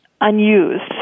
unused